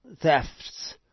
Thefts